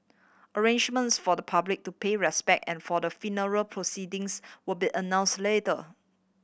arrangements for the public to pay respect and for the funeral proceedings will be announce later